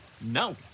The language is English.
No